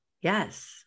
yes